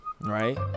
Right